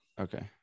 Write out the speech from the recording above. okay